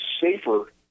safer